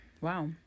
wow